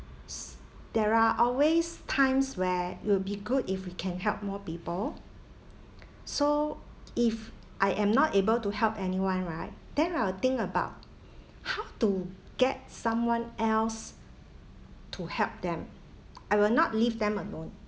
s~ there are always times where it'll be good if we can help more people so if I am not able to help anyone right then I will think about how to get someone else to help them I will not leave them alone